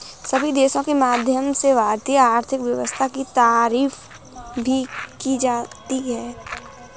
सभी देशों के माध्यम से भारतीय आर्थिक व्यवस्था की तारीफ भी की जाती है